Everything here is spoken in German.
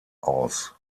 aus